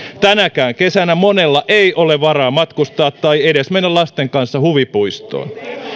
tänäkään kesänä monella ei ole varaa matkustaa tai edes mennä lasten kanssa huvipuistoon